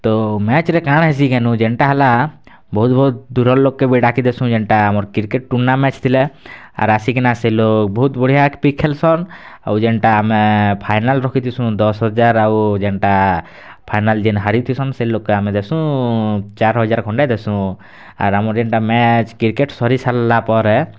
ତ ମ୍ୟାଚ୍ ର କା'ଣା ହେସି କାନ ଯେନ୍ତା ହେଲା ବହୁତ୍ ବହୁତ୍ ଦୂର୍ ର ଲୋକ୍କେ ବି ଡ଼ାକି ଦେସୁ ଯେନ୍ତା ଆମର୍ କ୍ରିକେଟ୍ ଟୂର୍ଣ୍ଣାମେଣ୍ଟ୍ ଥିଲା ଆର୍ ଆସିକିନା ସେ ଲୋକ୍ ବହୁତ୍ ବଢିଆ ବି ଖେଲସନ୍ ଆଉ ଯେନ୍ତା ଆମେ ଫାଇନାଲ୍ ରଖିଥିସୁ ଦଶ୍ ହଜାର୍ ଆଉ ଯେନ୍ତା ଫାଇନାଲ୍ ଯେନ୍ ହାରିଥିସୁ ସେ ଲୋକ୍ କେ ଆମେ ଦେସୁ ଚାର୍ ହଜାର୍ ଖଣ୍ଡେ ଦେସୁ ଆର୍ ଆମର୍ ଯେନ୍ତା ମ୍ୟାଚ୍ କ୍ରିକେଟ୍ ସରି ସାର୍ଲା ପରେ